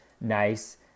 nice